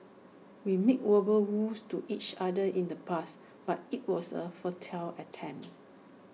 we made verbal vows to each other in the past but IT was A futile attempt